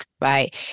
Right